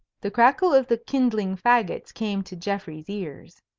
the crackle of the kindling fagots came to geoffrey's ears.